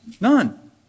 none